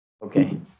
Okay